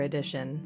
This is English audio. Edition